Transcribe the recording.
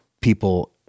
people